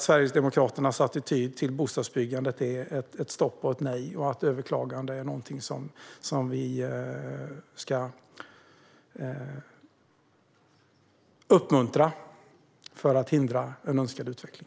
Sverigedemokraternas attityd till bostadsbyggandet är ett stopp och ett nej och att överklagande är någonting som vi ska uppmuntra. Detta kan hindra en önskad utveckling.